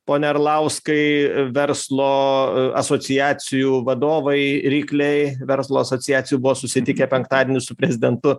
pone arlauskai verslo asociacijų vadovai rykliai verslo asociacijų buvo susitikę penktadienį su prezidentu